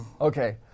Okay